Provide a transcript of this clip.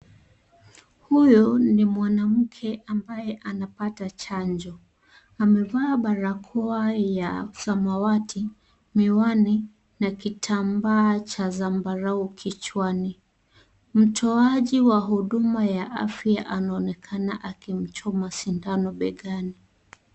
Huyo ni mwanamke ambaye anapata chanjo amevaa barako ya samawati ,mihiwani na kitambaa cha zambarau kichwani ,mtoaji wa huduma ya afya anaonekana akimchoma sindano begani.